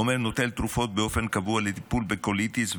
עומר נוטל תרופות באופן קבוע לטיפול בקוליטיס,